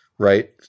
right